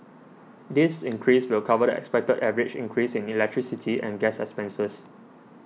this increase will cover the expected average increase in electricity and gas expenses